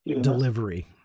delivery